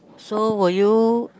so were you